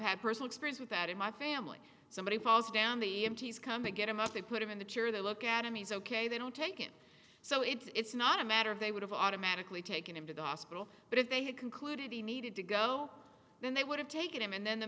had personal experience with that in my family somebody falls down the empties come to get him up they put him in the chair they look at him he's ok they don't take it so it's not a matter of they would have automatically taken him to the hospital but if they had concluded he needed to go then they would have taken him and then the